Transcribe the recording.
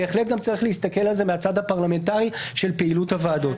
בהחלט צריך להסתכל על זה גם מהצד הפרלמנטרי של פעילות הוועדות.